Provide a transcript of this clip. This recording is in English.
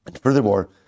Furthermore